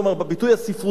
בביטוי הספרותי,